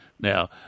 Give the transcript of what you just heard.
Now